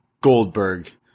Goldberg